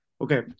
Okay